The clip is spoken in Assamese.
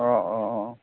অঁ অঁ অঁ